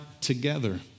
together